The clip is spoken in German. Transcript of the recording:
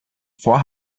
vor